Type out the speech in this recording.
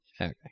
Okay